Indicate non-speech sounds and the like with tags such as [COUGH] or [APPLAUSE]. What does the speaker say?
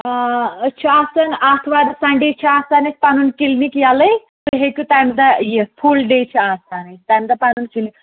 أسۍ چھِ آسان اَتھوار سَنٛڈے چھِ آسان اَسہِ پَنُن کِلنِک یَلَے تُہۍ ہیٚکِو تَمہِ دۄہ یِتھ فُل ڈے چھِ آسان أسۍ تَمہِ دۄہ [UNINTELLIGIBLE]